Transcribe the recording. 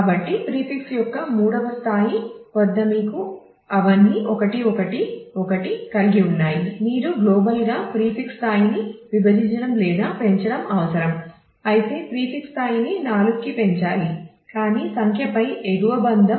కాబట్టి మీరు ప్రతి స్టెప్ చూసి మీరే ప్రయత్నించవచ్చు